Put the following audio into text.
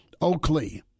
Oakley